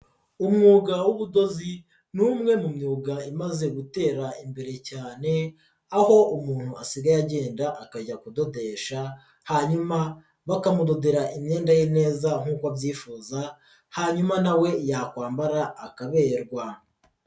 Umwuga w'ubudozi ni umwe mu myuga imaze gutera imbere cyane, aho umuntu asigaye agenda akajya kudodesha hanyuma bakamudodera imyenda ye neza nkuko abyifuza hanyuma na we yakwambara akaberwa.